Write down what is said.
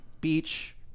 beach